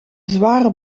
zware